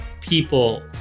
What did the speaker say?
people